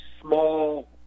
small